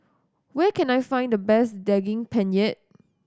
where can I find the best Daging Penyet